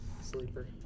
sleeper